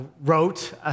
wrote